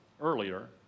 earlier